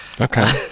Okay